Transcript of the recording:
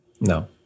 No